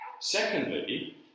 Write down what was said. Secondly